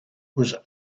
was